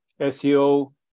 SEO